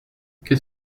qu’est